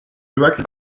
directed